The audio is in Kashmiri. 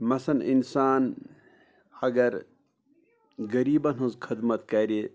مثلاً اِنسان اگر غریٖبَن ہِنٛز خدمَت کَرِ